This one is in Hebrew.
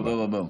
תודה רבה.